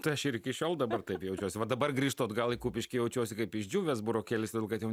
tai aš ir iki šiol dabar taip jaučiuosi va dabar grįžtu atgal į kupiškį jaučiuosi kaip išdžiūvęs burokėlis todėl kad jau